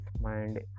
mind